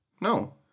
No